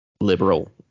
liberal